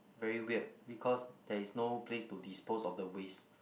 very weird because there is no place to dispose of the waste